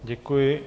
Děkuji.